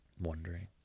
wondering